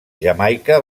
jamaica